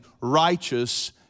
righteous